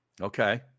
Okay